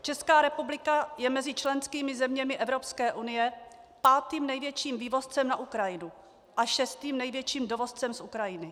Česká republika je mezi členskými zeměmi Evropské unie pátým největším vývozcem na Ukrajinu a šestým největším dovozcem z Ukrajiny.